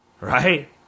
Right